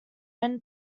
ion